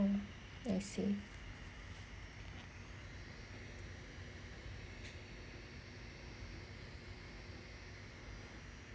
I see